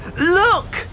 look